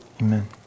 Amen